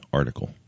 article